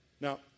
Now